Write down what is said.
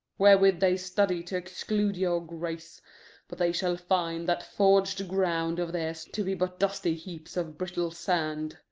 wherewith they study to exclude your grace but they shall find that forged ground of theirs to be but dusty heaps of brittle sand.